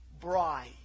bride